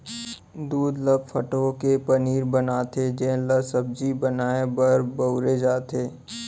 दूद ल फटो के पनीर बनाथे जेन ल सब्जी बनाए बर बउरे जाथे